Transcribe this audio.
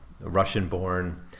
russian-born